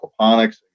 aquaponics